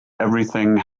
everything